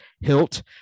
hilt